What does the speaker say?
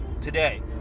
today